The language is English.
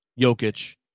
Jokic